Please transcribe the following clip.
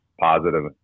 positive